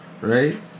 right